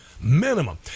Minimum